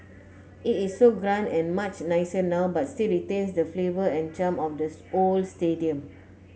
it is so grand and much nicer now but still retains the flavour and charm of the old stadium